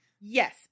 yes